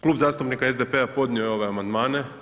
Klub zastupnika SDP-a podnio je ove amandmane.